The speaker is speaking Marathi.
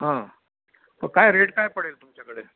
हां काय रेट काय पडेल तुमच्याकडे